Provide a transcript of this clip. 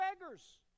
beggars